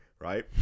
right